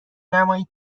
نمایید